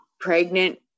pregnant